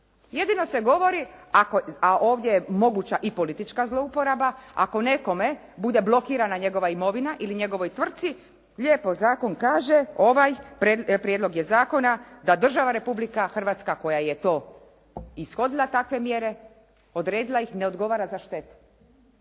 Jedino se govori, a ovdje je moguća i politička zlouporaba, ako nekome bude blokirana njegova imovina ili njegovoj tvrtci, lijepo zakon kaže ovaj prijedlog je zakona da država Republika Hrvatska koja je to ishodila takve mjere, odredila ih ne odgovara za štetu.